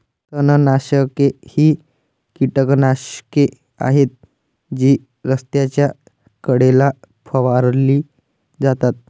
तणनाशके ही कीटकनाशके आहेत जी रस्त्याच्या कडेला फवारली जातात